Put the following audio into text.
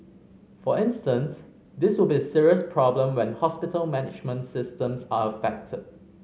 for instance this will be a serious problem when hospital management systems are affected